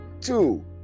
two